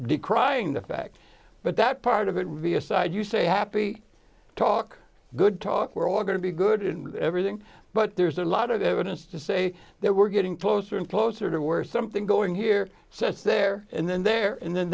decrying the fact but that part of it via side you say happy talk good talk we're all going to be good and everything but there's a lot of evidence to say that we're getting closer and closer to war or something going here says there and then there and then